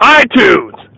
iTunes